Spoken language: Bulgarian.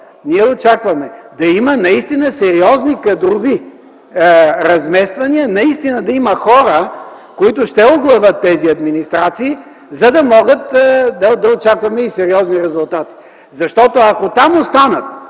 ние очакваме да има наистина сериозни кадрови размествания, наистина да има хора, които ще оглавят тези администрации, за да можем да очакваме и сериозни резултати. Защото два са